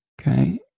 okay